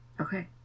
Okay